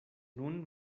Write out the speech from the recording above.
nun